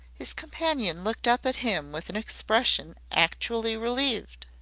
his companion looked up at him with an expression actually relieved.